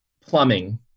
plumbing